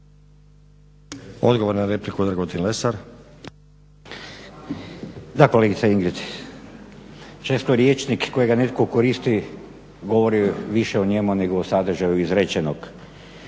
- Stranka rada)** Da kolegice Ingrid, često rječnik kojega netko koristi govori više o njemu nego o sadržaju izrečenog.